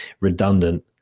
redundant